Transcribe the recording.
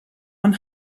one